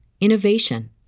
innovation